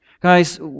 Guys